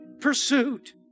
pursuit